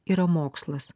yra mokslas